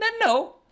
no